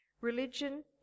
Religion